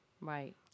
Right